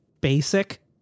basic